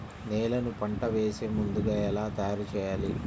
నేలను పంట వేసే ముందుగా ఎలా తయారుచేయాలి?